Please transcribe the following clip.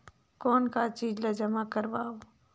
कौन का चीज ला जमा करवाओ?